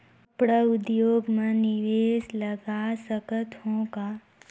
कपड़ा उद्योग म निवेश लगा सकत हो का?